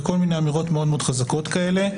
וכל מיני אמירות מאוד מאוד חזקות כאלה.